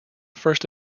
first